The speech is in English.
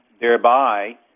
thereby